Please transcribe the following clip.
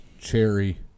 cherry